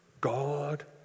God